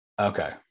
Okay